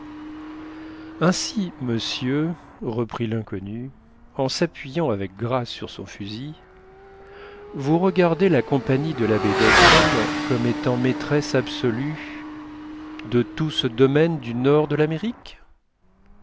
ainsi monsieur reprit l'inconnu en s'appuyant avec grâce sur son fusil vous regardez la compagnie de la baie d'hudson comme étant maîtresse absolue de tout ce domaine du nord de l'amérique